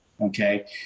Okay